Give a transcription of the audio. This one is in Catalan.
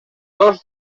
dos